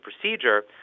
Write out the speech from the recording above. procedure